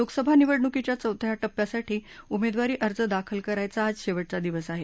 लोकसभा निवडणुकीच्या चौथ्या टप्प्यासाठी उमेदवारी अर्ज दाखल करायचा आज शेवटचा दिवस आहे